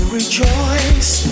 rejoice